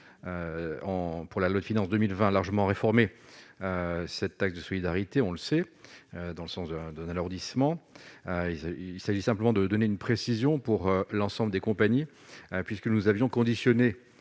pour la loi de finances 2020 largement réformer cette taxe de solidarité, on le sait, dans le sens d'un d'un alourdissement, il s'agit simplement de donner une précision pour l'ensemble des compagnies puisque nous avions conditionné